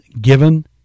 given